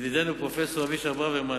ידידנו פרופסור אבישי ברוורמן,